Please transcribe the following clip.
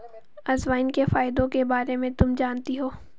अजवाइन के फायदों के बारे में तुम जानती हो?